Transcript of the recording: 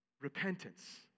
repentance